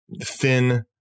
thin